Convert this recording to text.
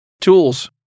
Tools